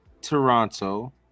Toronto